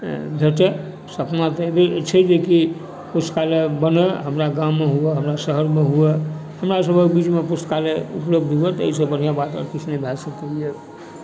जे भेटय सपना जे एहिबेर छै कि पुस्तकालय बनय हमरा गाममे होय हमरा शहरमे होय हमरा सभक बीचमे पुस्तकालय उपलब्ध हुए तऽ एहिसँ बढ़िआँ बात आओर किछु नहि भै सकैए